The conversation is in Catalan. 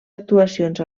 actuacions